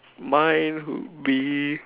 mine would be